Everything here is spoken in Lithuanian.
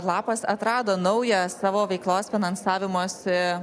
lapas atrado naują savo veiklos finansavimosi